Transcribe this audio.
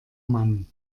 mann